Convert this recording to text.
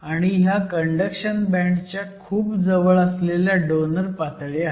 आणि ह्या conduction band च्या खूप जवळ असलेल्या डोनर पातळी आहेत